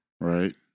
Right